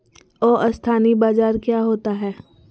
अस्थानी बाजार क्या होता है?